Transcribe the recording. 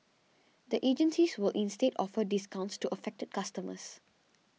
the agencies will instead offer discounts to affected customers